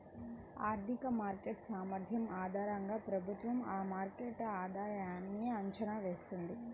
ఆర్థిక మార్కెట్ సామర్థ్యం ఆధారంగా ప్రభుత్వం ఆ మార్కెట్ ఆధాయన్ని అంచనా వేస్తుంది